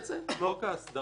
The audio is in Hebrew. הוא עשה.